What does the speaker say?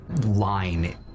line